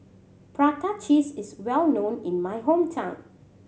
prata cheese is well known in my hometown